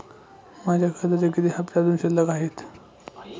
माझे कर्जाचे किती हफ्ते अजुन शिल्लक आहेत?